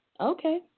Okay